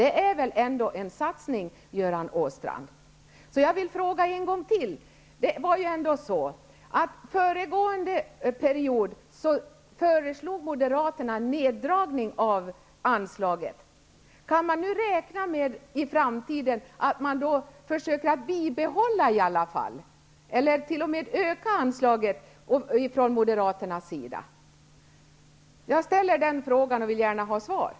Det är väl ändå en satsning, Göran Åstrand! Jag vill än en gång ta upp den fråga som jag tidigare ställde. Under föregående mandatperiod föreslog Kan vi räkna med att Moderaterna i framtiden försöker bibehålla eller t.o.m. öka anslaget? Jag ställer den frågan och vill gärna ha ett svar.